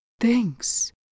Thanks